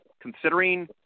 considering